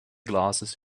glasses